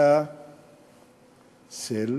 שמי בּאסל